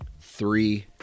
Three